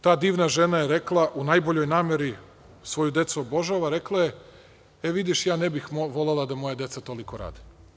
Ta divna žena je rekla, u najboljoj nameri, svoju decu obožava, rekla je: „E, vidiš, ja ne bih volela da moja deca toliko rade“